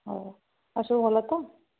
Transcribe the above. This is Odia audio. ହଉ ଆଉସବୁ ଭଲ ତ